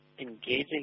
engaging